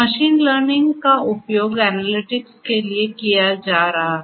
machine learning का उपयोग analytics के लिए किया जा रहा है